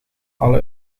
alle